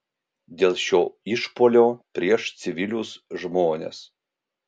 dėl šio išpuolio prieš civilius žmones